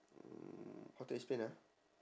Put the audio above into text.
mm how to explain ah